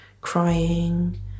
crying